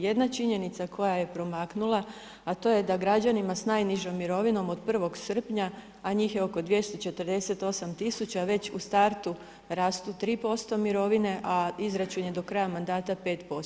Jedna činjenica koja je promaknula, a to je da građanima sa najnižim mirovinom od 1. srpnja, a njih je oko 248 tisuća, već u startu rastu 3% mirovine, a izračun je do kraja mandata 5%